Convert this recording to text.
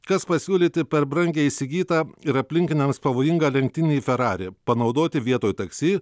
kas pasiūlyti per brangiai įsigytą ir aplinkiniams pavojingą lenktynį ferrari panaudoti vietoj taksi